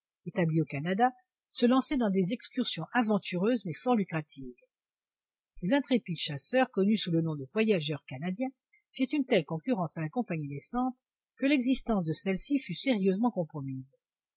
établis au canada se lançaient dans des excursions aventureuses mais fort lucratives ces intrépides chasseurs connus sous le nom de voyageurs canadiens firent une telle concurrence à la compagnie naissante que l'existence de celle-ci fut sérieusement compromise